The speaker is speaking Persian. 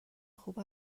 خوب